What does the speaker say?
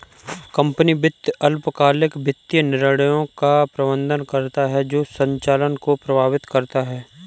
company वित्त अल्पकालिक वित्तीय निर्णयों का प्रबंधन करता है जो संचालन को प्रभावित करता है